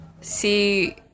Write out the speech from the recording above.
see